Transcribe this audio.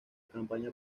campaña